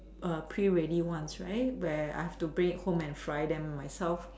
pre ready ones right where I need to bring it home and fry them myself